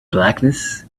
blackness